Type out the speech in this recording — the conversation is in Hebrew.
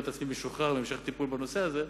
את עצמי משוחרר מהמשך טיפול בנושא הזה.